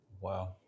Wow